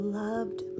loved